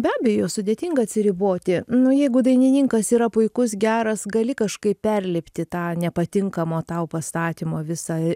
be abejo sudėtinga atsiriboti nu jeigu dainininkas yra puikus geras gali kažkaip perlipti tą nepatinkamo tau pastatymo visą